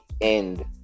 end